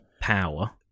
power